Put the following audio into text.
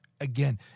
again